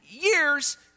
years